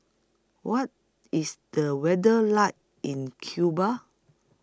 What IS The weather like in Cuba